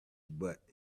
but